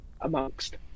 amongst